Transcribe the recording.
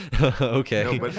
okay